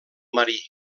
marí